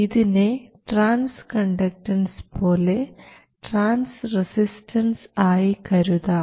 ഇതിനെ transconductance പോലെ transresistance ആയി കരുതാം